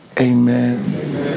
Amen